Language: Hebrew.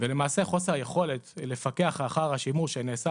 ולמעשה חוסר היכולת לפקח אחר השימוש שנעשה